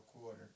quarter